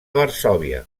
varsòvia